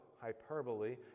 hyperbole